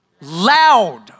loud